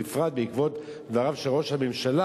בפרט בעקבות דבריו של ראש הממשלה,